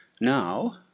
Now